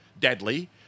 deadly